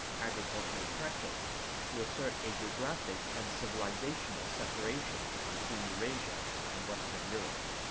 agricultural practice to assert a geographic and civilizational separation between eurasia and western europe.